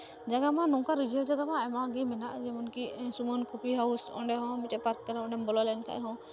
ᱡᱟᱭᱜᱟ ᱢᱟ ᱱᱚᱝᱠᱟ ᱨᱤᱡᱷᱟᱹᱣ ᱡᱟᱭᱜᱟ ᱢᱟ ᱟᱭᱢᱟᱜᱮ ᱢᱮᱱᱟᱜ ᱡᱮᱢᱚᱱᱠᱤ ᱥᱩᱢᱚᱱ ᱠᱚᱯᱷᱤ ᱦᱟᱣᱩᱥ ᱚᱸᱰᱮ ᱦᱚᱸ ᱢᱤᱫᱴᱮᱡ ᱯᱟᱨᱠ ᱠᱟᱱᱟ ᱚᱸᱰᱮᱢ ᱵᱚᱞᱚ ᱞᱮᱱᱠᱷᱟᱡ ᱦᱚᱸ